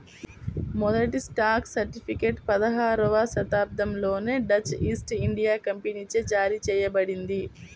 మొదటి stock certificate పదహారవ శతాబ్దంలోనే డచ్ ఈస్ట్ ఇండియా కంపెనీచే జారీ చేయబడింది